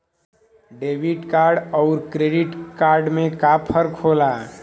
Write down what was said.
Debit card अउर credit card में का फर्क होला?